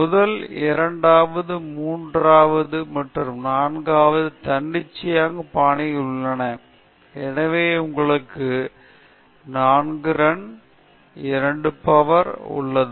முதல் இரண்டாவது மூன்றாவது மற்றும் நான்காவது தன்னிச்சையான பாணியை வழங்கியுள்ளன எனவே உங்களுக்கு 4 ரன்கள் 2 பவர் 2 உள்ளது